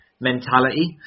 mentality